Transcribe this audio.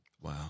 Wow